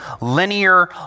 linear